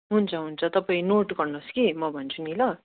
हुन्छ हुन्छ तपाईँ नोट गर्नुहोस् कि म भन्छु नि ल